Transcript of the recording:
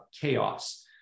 chaos